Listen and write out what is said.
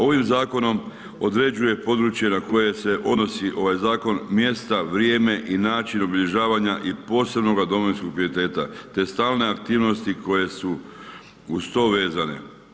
Ovim zakonom određuje područje na koje se odnosi ovaj zakon, mjesta, vrijeme i način obilježavanja i posebnog domovinskog pijeteta te stalne aktivnosti koje su uz to vezane.